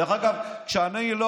דרך אגב, כשאני לא